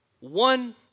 one